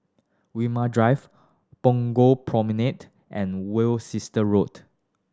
Walmer Drive Punggol Promenade and Worcester Road